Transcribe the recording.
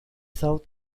south